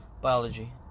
Biology